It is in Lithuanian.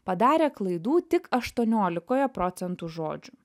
padarė klaidų tik aštuoniolikoje procentų žodžių